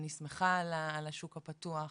אני שמחה על השוק הפתוח,